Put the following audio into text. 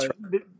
right